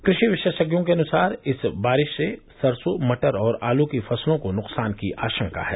कृषि विशेषज्ञों के अनुसार इस बारिश से सरसों मटर और आलू की फसलों को नुकसान की आशंका है